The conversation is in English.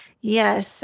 Yes